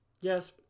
Yes